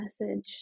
message